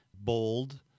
bold